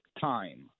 time